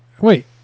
Wait